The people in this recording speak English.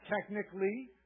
technically